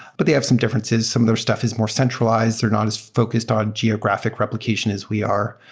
but they have some differences. some of their stuff is more centralized or not as focused on geographic replication as we are.